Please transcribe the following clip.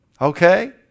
Okay